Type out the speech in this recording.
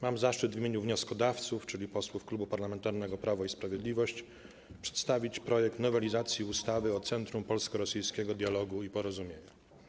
Mam zaszczyt w imieniu wnioskodawców, czyli posłów Klubu Parlamentarnego Prawo i Sprawiedliwość, przedstawić projekt nowelizacji ustawy o Centrum Polsko-Rosyjskiego Dialogu i Porozumienia.